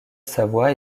savoie